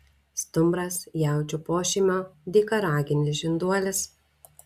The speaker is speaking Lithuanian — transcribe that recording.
stumbras jaučių pošeimio dykaraginis žinduolis